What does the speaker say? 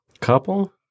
Couple